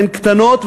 הן קטנות,